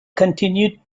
continued